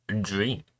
dream